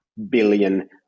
Billion